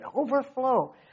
overflow